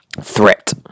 threat